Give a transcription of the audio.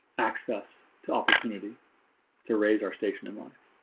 access to opportunity to raise our station in life